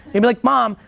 you'll be like mom,